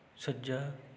ਸੱਜਾ